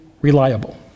reliable